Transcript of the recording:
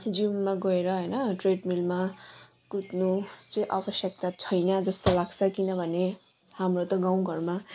जिममा गएर हैन ट्रेडमिलमा कुद्नु चाहिँ आवश्यकता छैन जस्तो लाग्छ किनभने हाम्रो त गाउँघरमा